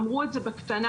אמרו את זה בקטנה: